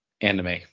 anime